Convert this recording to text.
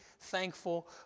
thankful